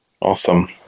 Awesome